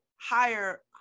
higher